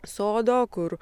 sodo kur